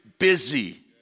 busy